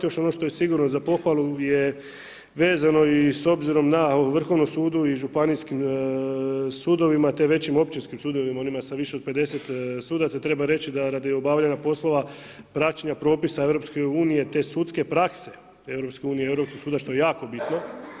Još ono što je sigurno za pohvalu je vezano i s obzirom na Vrhovnom sudu i Županijskim sudovima, te većim Općinskim sudovima onima sa više od 50 sudaca treba reći da radi obavljanja poslova praćenja propisa EU te sudske prakse EU, Europskog suda što je jako bitno.